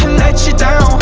let you down,